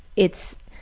it's